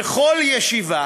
בכל ישיבה